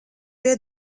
pie